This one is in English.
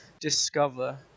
discover